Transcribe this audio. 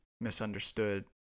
misunderstood